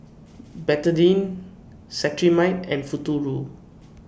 Betadine Cetrimide and Futuro